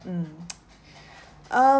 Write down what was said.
mm